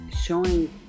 showing